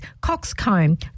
coxcomb